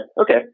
Okay